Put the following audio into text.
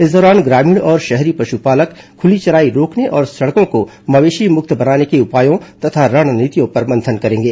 इस दौरान ग्रामीण और शहरी पशुपालक खुली चराई रोकने और सड़कों को मवेशीमुक्त बनाने के उपायों तथा रणनीतियों पर मंथन करेंगे